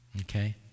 okay